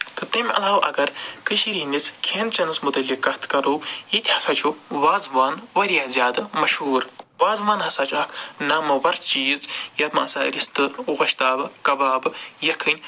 تہٕ تَمہِ علاو اگر کٔشیٖرِ ہِنٛدِس کھٮ۪ن چٮ۪نس متعلق کَتھ کَرو ییٚتہِ ہَسا چھُ وازٕوان وارِیاہ زیادٕ مشہوٗر وازٕوان ہَسا چھُ اکھ نامَوَر چیٖز یَتھ منٛز ہسا رِستہٕ گۄشتابہٕ کبابہٕ یَکھٕنۍ